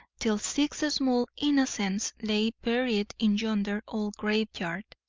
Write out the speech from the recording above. till six small innocents lay buried in yonder old graveyard.